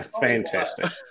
Fantastic